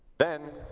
then,